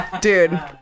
Dude